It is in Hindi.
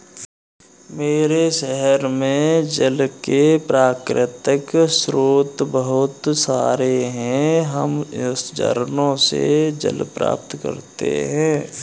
मेरे शहर में जल के प्राकृतिक स्रोत बहुत सारे हैं हम झरनों से जल प्राप्त करते हैं